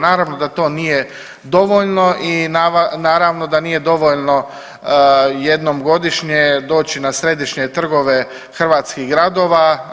Naravno da to nije dovoljno i naravno da nije dovoljno jednom godišnje doći na središnje trgove hrvatskih gradova.